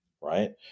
Right